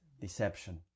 deception